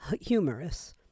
humorous